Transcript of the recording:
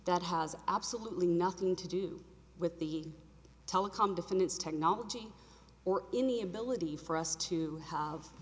that has absolutely nothing to do with the telecom defendants technology or in the ability for us to have